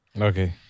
Okay